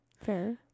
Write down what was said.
Fair